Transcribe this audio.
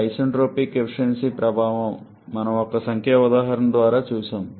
isentropic efficiency ప్రభావం మనం ఒక సంఖ్యా ఉదాహరణ ద్వారా చూశాము